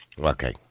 Okay